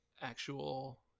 actual